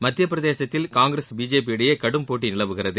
மத்தியப் பிரதேசத்தில் காங்கிரஸ் பிஜேபி இடையே கடும் போட்டி நிலவுகிறது